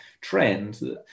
trend